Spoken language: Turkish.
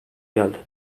geldi